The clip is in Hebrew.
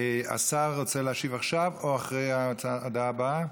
השר רוצה להשיב עכשיו או אחרי ההצעה הבאה?